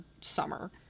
summer